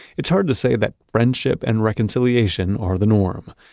it's hard to say that friendship and reconciliation are the norm.